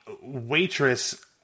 Waitress